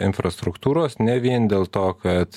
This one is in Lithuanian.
infrastruktūros ne vien dėl to kad